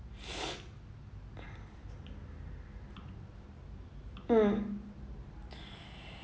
mm